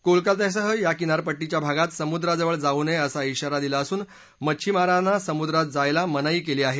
कोलकात्यासह या किनारपट्टीच्या भागात समुद्राजवळ जाऊ नये असा विारा दिला असून मच्छीमारांना समुद्रात जाण्यास मनाई केली आहे